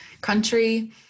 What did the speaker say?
country